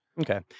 Okay